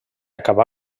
acabà